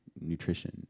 nutrition